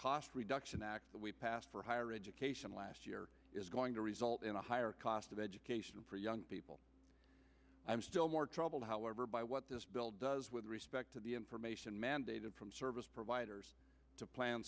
cost reduction act that we passed for higher education last year is going to result in a higher cost of education for young people i'm still more troubled however by what this bill does with respect to the information mandated from service providers to plan